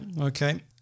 okay